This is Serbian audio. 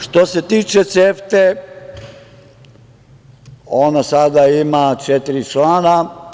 Što se tiče CEFTA-e, ona sada ima četiri člana.